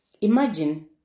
imagine